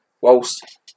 whilst